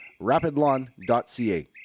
rapidlawn.ca